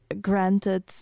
granted